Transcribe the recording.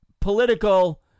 political